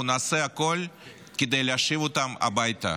אנחנו נעשה הכול כדי להשיב אותם הביתה,